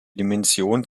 dimension